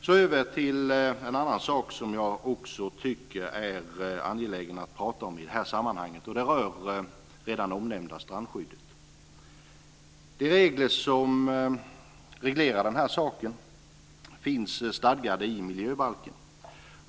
Så över till en annan sak som jag också tycker är angelägen att tala om i det här sammanhanget. Det rör redan omnämnda strandskyddet. De regler som reglerar den här saken finns stadgade i miljöbalken.